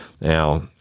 Now